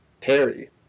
Terry